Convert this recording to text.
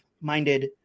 minded